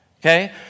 okay